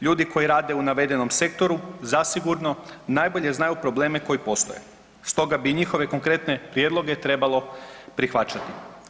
Ljudi koji rade u navedenom sektoru zasigurno najbolje znaju probleme koji postoje stoga bi njihove konkretne prijedloge trebalo prihvaćati.